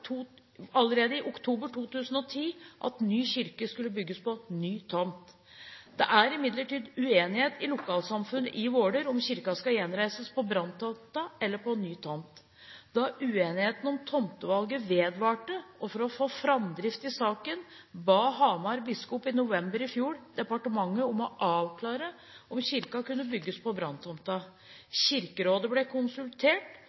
allerede i oktober 2010 at ny kirke skulle bygges på ny tomt. Det er imidlertid uenighet i lokalsamfunnet i Våler om hvorvidt kirken skal gjenreises på branntomten eller på ny tomt. Da uenigheten om tomtevalget vedvarte, og for å få framdrift i saken, ba Hamar biskop i november i fjor departementet om å avklare om kirken kunne bygges på